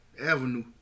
avenue